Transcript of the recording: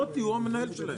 מוטי הוא המנהל שלהם.